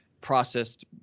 processed